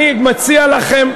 אל תטיף מוסר.